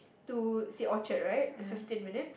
to say Orchard right is fifteen minutes